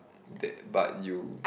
that but you